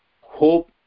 hope